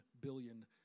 billion